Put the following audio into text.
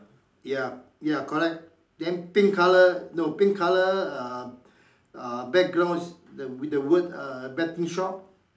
ya ya correct then pink colour no pink colour uh uh background with the word betting shop